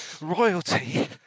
royalty